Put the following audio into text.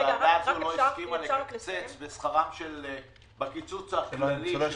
הוועדה הזאת לא הסכימה לקצץ בקיצוץ הכללי של